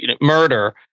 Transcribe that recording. murder